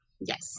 yes